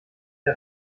der